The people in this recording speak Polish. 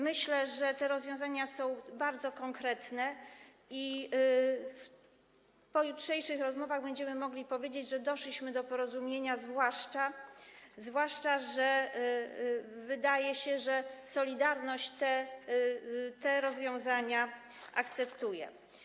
Myślę, że te rozwiązania są bardzo konkretne i po jutrzejszych rozmowach będziemy mogli powiedzieć, że doszliśmy do porozumienia, zwłaszcza że wydaje się, że „Solidarność” te rozwiązania akceptuje.